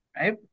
Right